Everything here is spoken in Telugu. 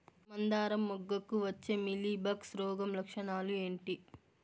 మందారం మొగ్గకు వచ్చే మీలీ బగ్స్ రోగం లక్షణాలు ఏంటి?